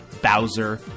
Bowser